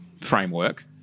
framework